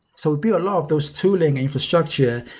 so would be a lot of those two lane infrastructure.